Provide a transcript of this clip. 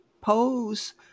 pose